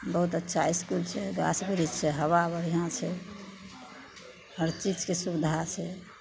बहुत अच्छा इसकुल छै गाछ बिरिछ छै हवा बढ़िआँ छै हर चीजके सुविधा छै